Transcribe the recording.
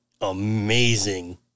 amazing